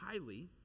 highly